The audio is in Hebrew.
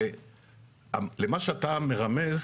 למה שאתה מרמז,